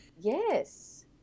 Yes